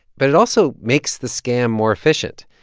but it also makes the scam more efficient.